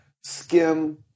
skim